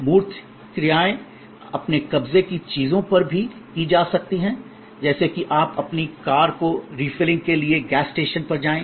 मूर्त क्रियाए अपने कब्जे के चिजो पर भी की जा सकती हैं जैसे कि आप अपनी कार को रिफिलिंग के लिए गैस स्टेशन पर जाएं